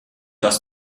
dass